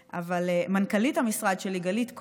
אבל מנכ"לית המשרד שלי, גלית כהן,